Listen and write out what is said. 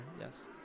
yes